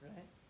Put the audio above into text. Right